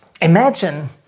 imagine